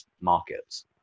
markets